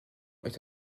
est